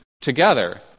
together